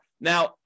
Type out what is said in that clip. Now